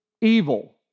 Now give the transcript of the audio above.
evil